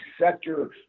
sector